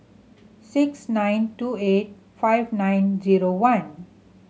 six nine two eight five nine zero one